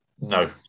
No